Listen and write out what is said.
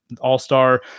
all-star